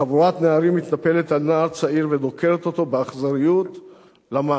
חבורת נערים מתנפלת על נער צעיר ודוקרת אותו באכזריות למוות.